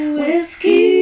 whiskey